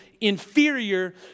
inferior